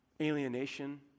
Alienation